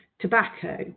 tobacco